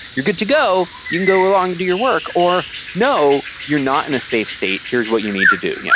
you're good to go. you can go along and do your work. or no. you're not in a safe state. here's what you need to do. yeah